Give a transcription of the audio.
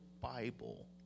Bible